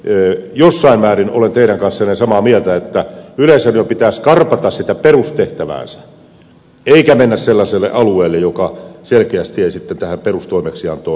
heinonen jossain määrin olen teidän kanssanne samaa mieltä että yleisradion pitäisi skarpata sitä perustehtäväänsä eikä mennä sellaiselle alueelle joka selkeästi ei sitten tähän perustoimeksiantoon kuulu